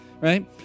right